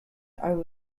are